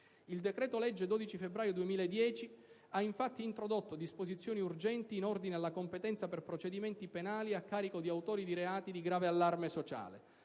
Il decreto-legge 12 febbraio 2010, n. 10, ha infatti introdotto disposizioni urgenti in ordine alla competenza per procedimenti penali a carico di autori di reati di grave allarme sociale.